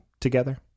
together